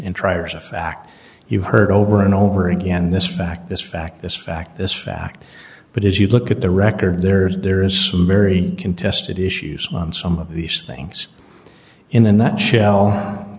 and triers of fact you've heard over and over again this fact this fact this fact this fact but as you look at the record there are there is some very contested issues on some of these things in a nutshell